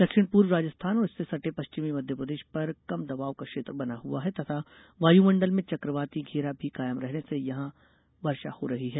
दक्षिण पूर्व राजस्थान और इससे सटे पश्चिमी मध्यप्रदेश पर कम दबाव का क्षेत्र बना हुआ है तथा वायुमंडल में चक्रवाती घेरा भी कायम रहने से यह वर्षा हो रही है